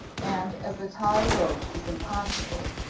and as a tie vote is impossible,